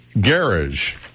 Garage